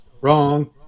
Wrong